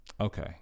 Okay